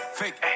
fake